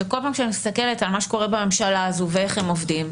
שכל פעם כשאני מסתכלת על מה שקורה בממשלה הזו ואיך הם עובדים,